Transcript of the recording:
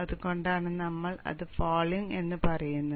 എന്തുകൊണ്ടാണ് നമ്മൾ അത് ഫാളിംഗ് എന്ന് പറയുന്നത്